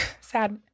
sad